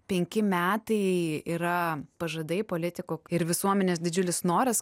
penki metai yra pažadai politikų ir visuomenės didžiulis noras